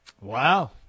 Wow